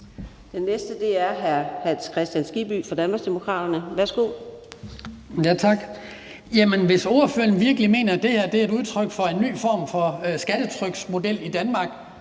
Kl. 11:54 Hans Kristian Skibby (DD): Tak. Hvis ordføreren virkelig mener, det her er et udtryk for en ny form for skattetryksmodel i Danmark,